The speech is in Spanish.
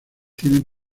tienen